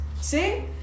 See